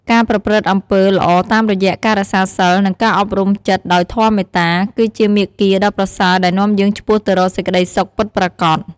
ការប្រព្រឹត្តអំពើល្អតាមរយៈការរក្សាសីល និងការអប់រំចិត្តដោយធម៌មេត្តា គឺជាមាគ៌ាដ៏ប្រសើរដែលនាំយើងឆ្ពោះទៅរកសេចក្តីសុខពិតប្រាកដ។